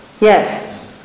yes